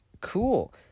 cool